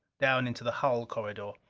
down into the hull corridor.